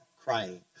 crying